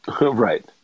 Right